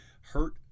hurt